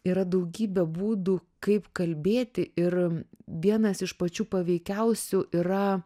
yra daugybė būdų kaip kalbėti ir vienas iš pačių paveikiausių yra